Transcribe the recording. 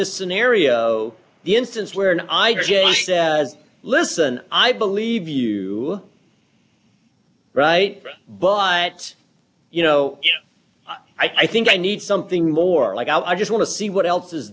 this scenario the instance where and i just listen i believe you right but you know i think i need something more like i just want to see what else is